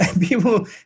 People